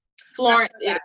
Florence